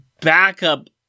backup